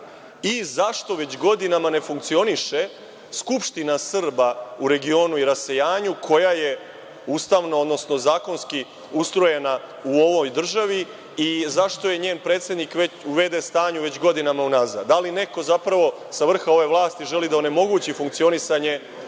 već godinama ne funkcioniše Skupština Srba u regionu i rasejanju koja je ustavno, odnosno zakonski ustrojena u ovoj državi i zašto je njen predsednik u v.d. stanju već godinama unazad? Da li neko, zapravo, sa vrha ove vlasti želi da onemogući funkcionisanje